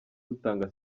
dutanga